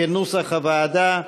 כנוסח הוועדה,